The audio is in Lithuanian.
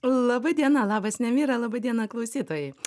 laba diena labas nemira laba diena klausytojai